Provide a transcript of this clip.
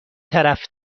طرف